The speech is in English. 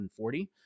140